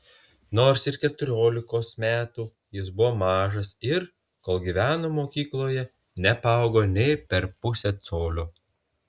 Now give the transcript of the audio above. nors ir keturiolikos metų jis buvo mažas ir kol gyveno mokykloje nepaaugo nė per pusę colio